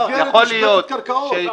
זה במסגרת מכסות הקרקעות.